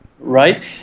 right